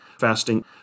fasting